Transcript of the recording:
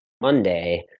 Monday